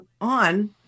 on